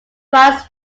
france